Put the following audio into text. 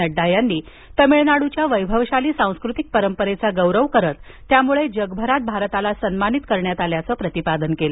नद्दा यांनी तमिळनाडूच्या वैभवशाली सांस्कृतिक परंपरेचा गौरव करीत त्यामुळे जगभरात भारताला सन्मानित केल्याचं प्रतिपादन केलं